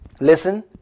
Listen